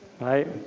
Right